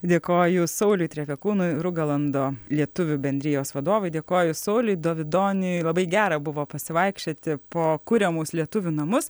dėkoju sauliui trepekūnui rugalando lietuvių bendrijos vadovui dėkoju sauliui dovidoniui labai gera buvo pasivaikščioti po kuriamus lietuvių namus